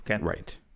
Right